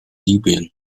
libyen